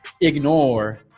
ignore